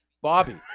Bobby